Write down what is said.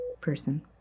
person